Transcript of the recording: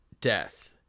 death